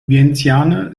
vientiane